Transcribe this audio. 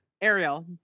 ariel